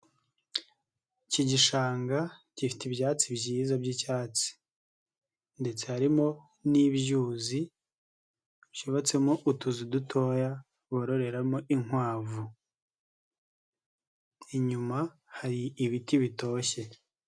Iki gishanga gifite ibyatsi byiza by'icyatsi ndetse harimo n'ibyuzi byubatsemo utuzu dutoya bororeramo inkwavu, inyuma hari ibiti bitoshye.